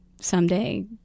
someday